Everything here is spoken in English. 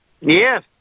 Yes